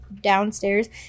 downstairs